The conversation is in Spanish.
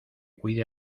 cuide